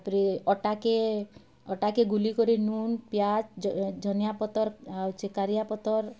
ତା'ପରେ ଅଟାକେ ଅଟାକେ ଗୁଲି କରି ନୁନ୍ ପିଆଜ ଝନିଆ ପତର୍ ଆଉ ଚେକାରିଆ ପତର୍